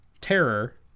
Terror